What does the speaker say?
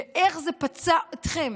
ואיך זה פצע אתכם,